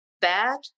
bad